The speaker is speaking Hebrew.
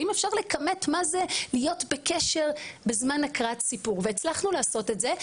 האם אפשר לכמת מה זה להיות בקשר בזמן הקראת סיפור והצלחנו לעשות את זה.